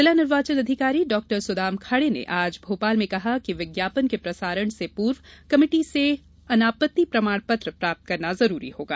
जिला निर्वाचन अधिकारी डॉक्टर सुदाम खाड़े ने आज भोपाल में कहा है कि विज्ञापन के प्रसारण से पूर्व कमेटी से अनापत्ति प्रमाण पत्र प्राप्त करना होगा